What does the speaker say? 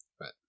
Right